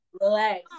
Relax